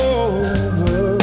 over